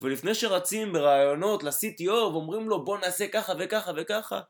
ולפני שרצים ברעיונות ל-CTO ואומרים לו בוא נעשה ככה וככה וככה